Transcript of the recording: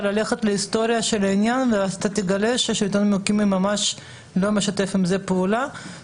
דת יהודיים): השלטון המקומי שותף לטובה או לרעה בעניין?